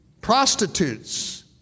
Prostitutes